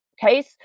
case